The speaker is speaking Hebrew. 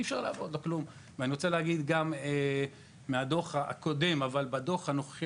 גם מהדו"ח הקודם וגם בנוכחי,